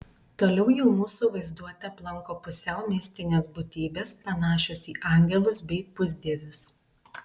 toliau jau mūsų vaizduotę aplanko pusiau mistinės būtybės panašios į angelus bei pusdievius